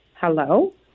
Hello